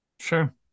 Sure